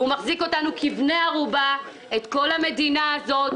הוא מחזיק כבני ערובה את כל המדינה הזו,